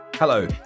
Hello